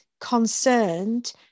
concerned